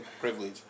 privilege